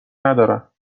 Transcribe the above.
ندارم